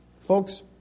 Folks